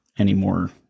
anymore